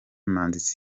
manzi